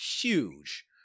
huge